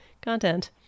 content